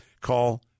Call